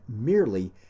merely